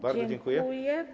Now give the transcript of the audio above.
Bardzo dziękuję.